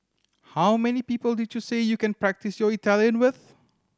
how many people did you say you can practise your Italian with